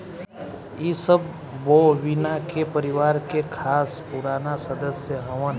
इ सब बोविना के परिवार के खास पुराना सदस्य हवन